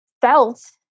felt